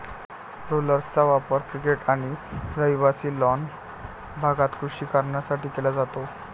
रोलर्सचा वापर क्रिकेट आणि रहिवासी लॉन भागात कृषी कारणांसाठी केला जातो